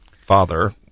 father